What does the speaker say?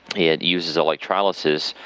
it uses electrolysis,